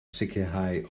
sicrhau